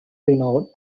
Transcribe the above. renowned